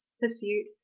pursuit